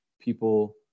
people